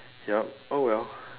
yup oh well